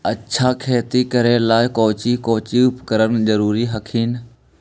अच्छा खेतिया करे ला कौची कौची उपकरण जरूरी हखिन?